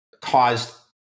caused